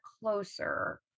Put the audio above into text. closer